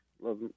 love